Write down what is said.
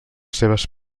seves